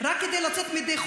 איך שהרכוש שלהם נשרף?